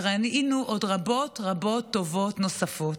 וראינו עוד רבות רבות טובות נוספות.